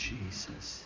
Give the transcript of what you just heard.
Jesus